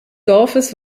dorfes